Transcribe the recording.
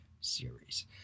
series